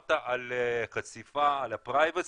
דיברת על חשיפה, על הפרטיות,